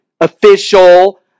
official